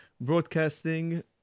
broadcasting